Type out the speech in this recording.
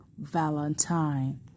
Valentine